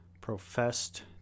professed